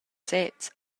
sez